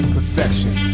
Perfection